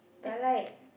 but like